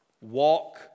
Walk